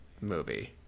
movie